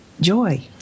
joy